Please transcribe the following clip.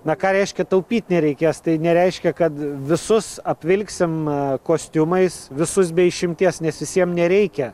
na ką reiškia taupyt nereikės tai nereiškia kad visus apvilksim kostiumais visus be išimties nes visiem nereikia